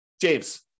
James